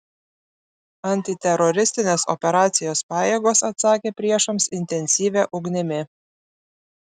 antiteroristinės operacijos pajėgos atsakė priešams intensyvia ugnimi